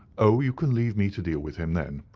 oh, you can leave me to deal with him then.